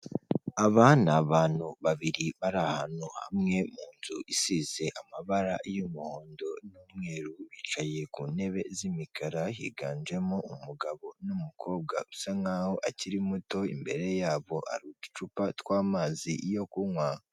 Aba ni abantu babiri bari ahantu hamwe mu nzu isize amabara y'umuhondo n'umweru bicaye ku ntebe z'imikara higanjemo umugabo, n'umukobwa usa nk'aho akiri muto, imbere yabo hari uducupa tw'amazi yo kunywa.